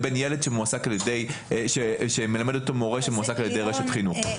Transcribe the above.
לבין ילד שמלמד אותו מורה שמועסק על ידי רשת חינוך.